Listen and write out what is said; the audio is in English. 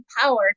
power